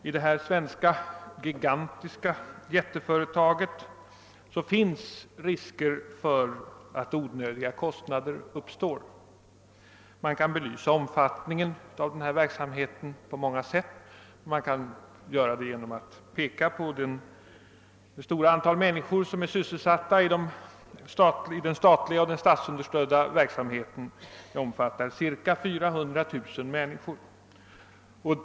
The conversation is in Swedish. I detta gigantiska svenska företag finns det risker för att onödiga kostnader uppstår. Man kan belysa dess omfattning på många sätt, t.ex. genom att peka på det stora antal människor som är sysselsatta i den statliga och statsunderstödda verksamheten: ca 400 000 personer.